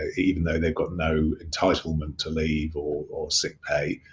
ah even though they've got no entitlement to leave or sick pay.